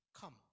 Come